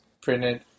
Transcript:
printed